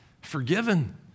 forgiven